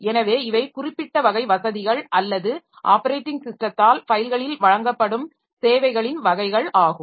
எனவே இவை குறிப்பிட்ட வகை வசதிகள் அல்லது ஆப்பரேட்டிங் ஸிஸ்டத்தால் ஃபைல்களில் வழங்கப்படும் சேவைகளின் வகைகள் ஆகும்